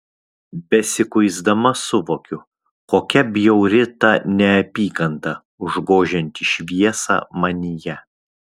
besikuisdama suvokiu kokia bjauri ta neapykanta užgožianti šviesą manyje